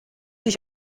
ich